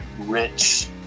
rich